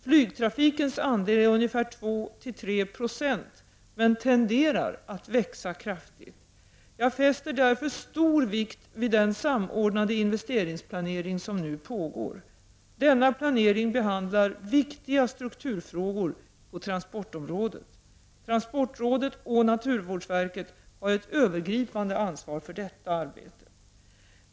Flygtrafikens andel är ungefär 2—3 20 men tenderar att växa kraftigt. Jag fäster därför stor vikt vid den samordnade investeringsplanering som nu pågår. Denna planering behandlar viktiga strukturfrågor på transportområdet. Transportrådet och naturvårdsverket har ett övergripande ansvar för detta arbete.